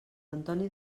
antoni